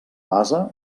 base